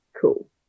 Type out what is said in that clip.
cool